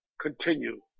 continue